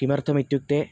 किमर्थमित्युक्ते